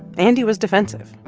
and he was defensive.